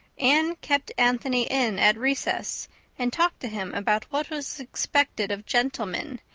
anne kept anthony in at recess and talked to him about what was expected of gentlemen,